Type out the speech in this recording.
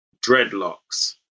dreadlocks